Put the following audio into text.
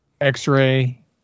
X-ray